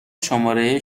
شماره